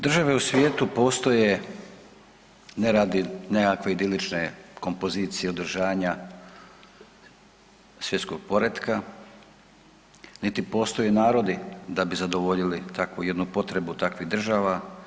Države u svijetu postoje ne radi nekakve idilične kompozicije održanja svjetskog poretka, niti postoje narodi da bi zadovoljili takvu jednu potrebu takvih država.